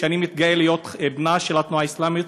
ואני מתגאה להיות בנה של התנועה האסלאמית.